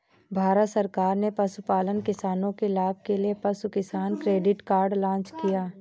भारत सरकार ने पशुपालन किसानों के लाभ के लिए पशु किसान क्रेडिट कार्ड लॉन्च किया